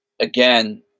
again